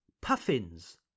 puffins